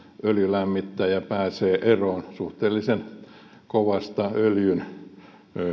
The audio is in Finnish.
öljylämmittäjä pääsee eroon suhteellisen kovasta öljyn